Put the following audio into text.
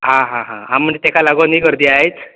आ हा हा आ म्हन्जे तेका लागून ही गर्दी आयज